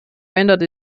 verändert